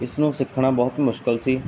ਇਸਨੂੰ ਸਿੱਖਣਾ ਬਹੁਤ ਮੁਸ਼ਕਿਲ ਸੀ